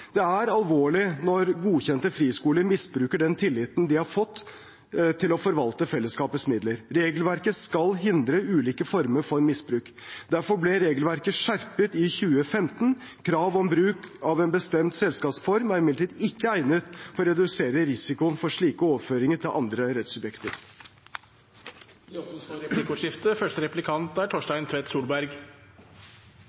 Det er alvorlig når godkjente friskoler misbruker den tilliten de har fått til å forvalte fellesskapets midler. Regelverket skal hindre ulike former for misbruk. Derfor ble regelverket skjerpet i 2015. Krav om bruk av en bestemt selskapsform er imidlertid ikke egnet for å redusere risikoen for slike overføringer til andre rettssubjekter. Det åpnes for replikkordskifte.